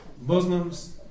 Muslims